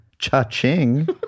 Cha-ching